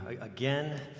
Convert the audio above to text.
again